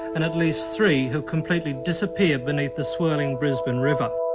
and at least three have completely disappeared beneath the swirling brisbane river